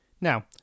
Now